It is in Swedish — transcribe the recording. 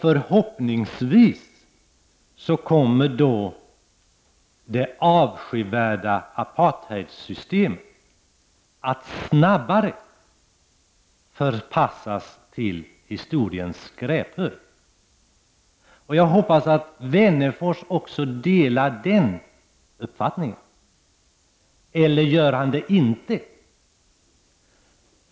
Förhoppningsvis kommer därmed det avskyvärda apartheidsystemet att snabbare förpassas till historiens skräphög. Jag hoppas att Alf Wennerfors delar denna uppfattning, eller gör han inte det?